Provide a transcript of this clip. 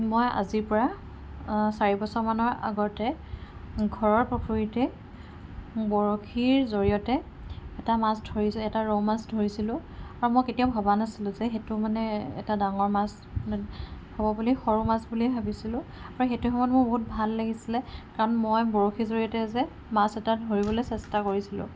মই আজিৰ পৰা চাৰি বছৰমানৰ আগতে ঘৰৰ পুখুৰীতে বৰশীৰ জড়িয়তে এটা মাছ ধৰি এটা ৰৌমাছ ধৰিছিলো আৰু মই কেতিয়াও ভবা নাছিলো যে সেইটো মানে এটা ডাঙৰ মাছ মানে হ'ব বুলি সৰু মাছ বুলিয়ে ভাবিছিলো আৰু সেইটো সময়ত মোৰ বহুত ভাল লাগিছিলে কাৰণ মই বৰশীৰ জড়িয়তে যে মাছ এটা ধৰিবলৈ চেষ্টা কৰিছিলো